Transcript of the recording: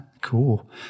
Cool